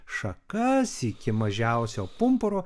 šakas iki mažiausio pumpuro